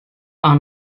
are